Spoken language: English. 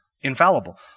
infallible